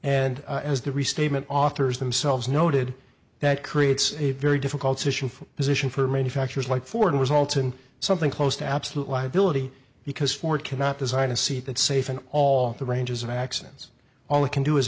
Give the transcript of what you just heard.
and as the restatement authors themselves noted that creates a very difficult issue for position for manufacturers like ford results in something close to absolute liability because ford cannot design a seat safe in all the ranges of accidents all it can do is